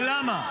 ולמה?